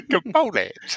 Components